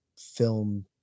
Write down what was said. film